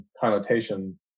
connotation